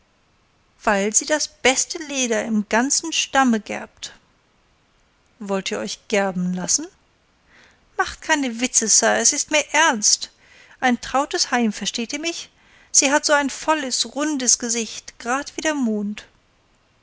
weil sie das beste leder im ganzen stamme gerbt wollt ihr euch gerben lassen macht keine witze sir es ist mir ernst ein trautes heim versteht ihr mich sie hat so ein volles rundes gesicht grad wie der mond